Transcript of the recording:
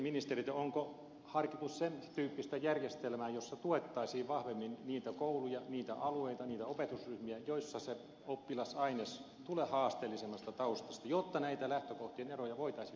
onko harkittu sen tyyppistä järjestelmää jossa tuettaisiin vahvemmin niitä kouluja niitä alueita niitä opetusryhmiä joissa oppilasaines tulee haasteellisemmasta taustasta jotta näitä lähtökohtien eroja voitaisiin nykyistä enemmän tasata